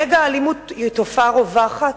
נגע האלימות הוא תופעה רווחת